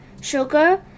sugar